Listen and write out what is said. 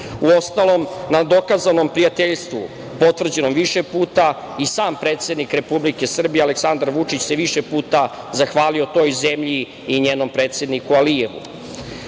Uostalom, na dokazanom prijateljstvu potvrđenom više puta i sam predsednik Republike Srbije Aleksandar Vučić se više puta zahvalio toj zemlji i njenom predsedniku